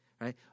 right